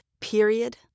period